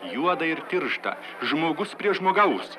juodą ir tirštą žmogus prie žmogaus